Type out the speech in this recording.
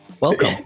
Welcome